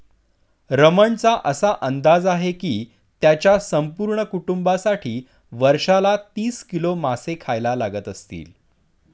रमणचा असा अंदाज आहे की त्याच्या संपूर्ण कुटुंबासाठी वर्षाला तीस किलो मासे खायला लागत असतील